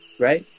right